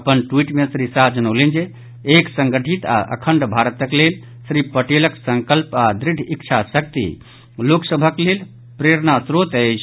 अपन ट्वीट मे श्री शाह जनौलनि जे एक संगठित आ अखण्ड भारतक लेल श्री पटेलक संकल्प आ दृढ़ इच्छाशक्ति लोकसभक लेल प्रेरणास्त्रोत अछि